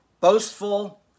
boastful